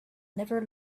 never